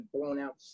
blown-out